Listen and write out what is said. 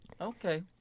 okay